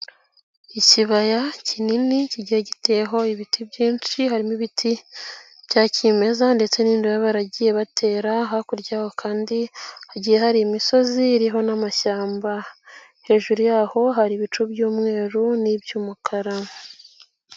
Ikibaya kinini kigiye giteyeho ibiti byinshi harimo ibiti bya kimeza ndetse n'indi baba baragiye batera, hakurya kandi igihe hari imisozi iriho n'amashyamba hejuru yaho hari ibicu by'umweru n'iby'umukara.